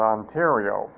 Ontario